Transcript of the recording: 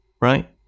right